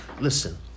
listen